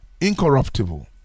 Incorruptible